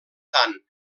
tant